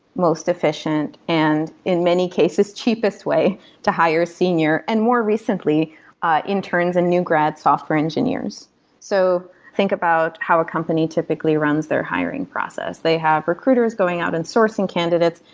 most efficient and in many cases cheapest way to hire senior, and more recently interns and new grad software engineers so think about how a company typically runs their hiring process. they have recruiters going out and sourcing candidate.